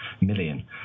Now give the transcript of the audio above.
million